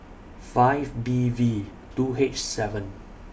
five B V two H seven